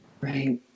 Right